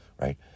right